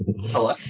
Hello